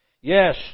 Yes